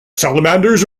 salamanders